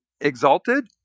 exalted